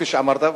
כפי שאמרת,